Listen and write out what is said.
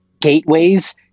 gateways